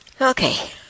Okay